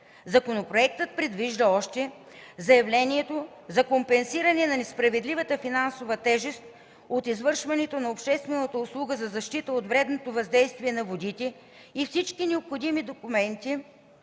Законопроектът предвижда още заявлението за компенсиране на несправедливата финансова тежест от извършването на обществената услуга за защита от вредното въздействие на водите и всички необходими документи